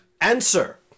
Answer